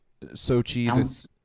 Sochi